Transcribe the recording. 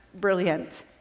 brilliant